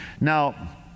Now